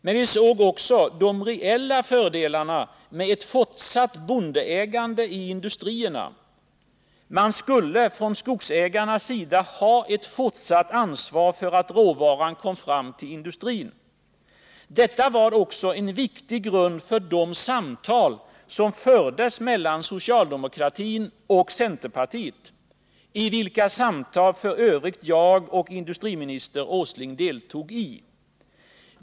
Men vi såg också de reella fördelarna med ett fortsatt bondeägande i industrierna: skogsägarna skulle ha ett Nr 147 fortsatt ansvar för att råvaran kom fram till industrin. Detta var också en Tisdagen den viktig grund för de samtal som fördes mellan socialdemokraterna och 2 maj 1980 centerpartiet — samtal som f. ö. jag och industriminister Åsling deltog i.